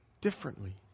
differently